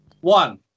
One